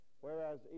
Whereas